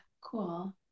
cool